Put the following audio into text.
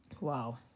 Wow